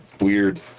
Weird